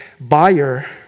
buyer